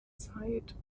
zeit